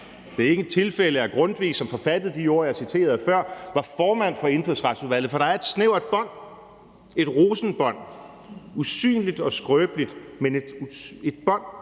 Det er ikke et tilfælde, at Grundtvig, som forfattede de ord, jeg citerede før, var formand for Indfødsretsudvalget, for der er et snævert bånd, et rosenbånd, usynligt og skrøbeligt, men et bånd